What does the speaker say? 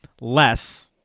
less